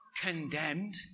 condemned